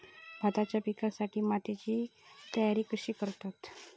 भाताच्या पिकासाठी मातीची तयारी कशी करतत?